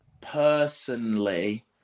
personally